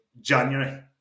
January